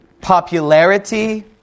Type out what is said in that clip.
Popularity